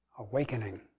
Awakening